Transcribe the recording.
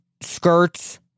skirts